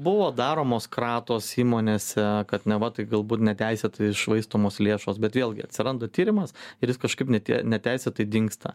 buvo daromos kratos įmonėse kad neva tai galbūt neteisėtai švaistomos lėšos bet vėlgi atsiranda tyrimas ir jis kažkaip ne tie neteisėtai dingsta